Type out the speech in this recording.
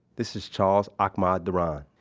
this is charles ahmed daron.